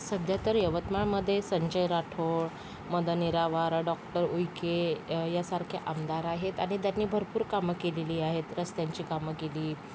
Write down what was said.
सध्या तर यवतमाळमध्ये संजय राठोड मदन येरावार डॉक्टर उईके या यांसारखे आमदार आहेत आणि त्यांनी भरपूर कामं केलेली आहेत रस्त्यांची कामं केलीत